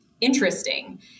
interesting